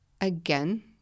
again